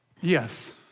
Yes